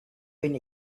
been